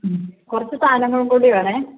മ്മ് കുറച്ച് സാധനങ്ങളും കൂടി വേണേ